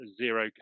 zero